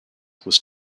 was